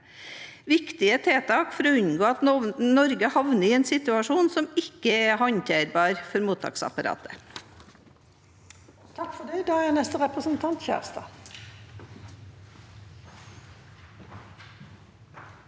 viktige tiltak for å unngå at Norge havner i en situasjon som ikke er håndterbar for mottaksapparatet.